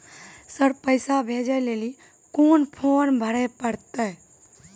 Sir पैसा भेजै लेली कोन फॉर्म भरे परतै?